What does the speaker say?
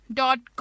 dot